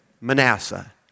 Manasseh